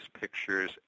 pictures